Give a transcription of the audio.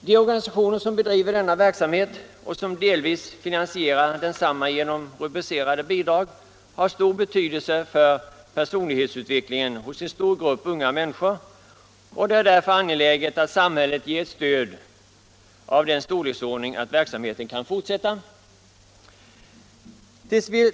De organisationer som bedriver denna verksamhet, och som delvis finansierar densamma genom rubricerade bidrag, har stor betydelse för personlighetsutvecklingen hos en stor grupp unga människor, och det är därför angeläget att samhället ger ett stöd av den storleksordningen att verksamheten kan fortsätta.